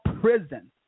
prison